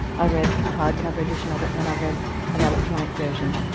i read a hardcover edition of it and i've read an electronic version,